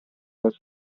del